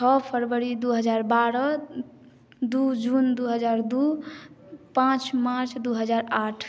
छओ फरवरी दू हजार बारह दू जून दू हजार दू पाँच मार्च दू हजार आठ